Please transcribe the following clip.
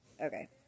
Okay